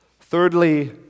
thirdly